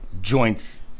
joints